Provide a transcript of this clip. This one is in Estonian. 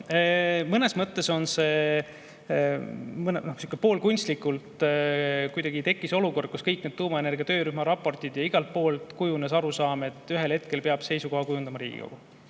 Mõnes mõttes poolkunstlikult kuidagi tekkis olukord, kus kõigist neist tuumaenergia töörühma raportitest ja igalt poolt kujunes arusaam, et ühel hetkel peab seisukoha kujundama Riigikogu.